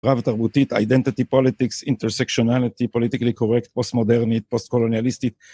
רב תרבותית, אידנטיטי פוליטיקס, אינטרסקציונליטי, פוליטיקלי קורקט, פוסט מודרנית, פוסט קולוניאליסטית